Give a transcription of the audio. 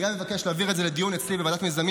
אני גם מבקש להעביר את זה לדיון אצלי בוועדת מיזמים